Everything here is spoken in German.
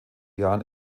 jahren